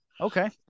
okay